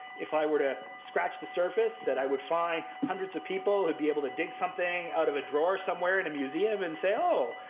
if i were to scratch the surface, that i would find hundreds of people who'd be able to dig something out of a drawer somewhere in a museum and say, oh,